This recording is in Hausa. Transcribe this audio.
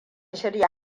shirya